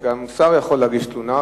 שגם שר יכול להגיש תלונה,